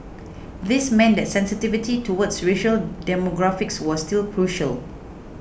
this meant that sensitivity towards racial demographics was still crucial